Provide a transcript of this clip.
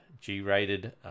G-rated